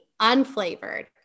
unflavored